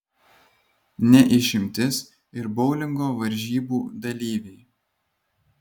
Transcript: ne išimtis ir boulingo varžybų dalyviai